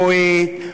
בועט,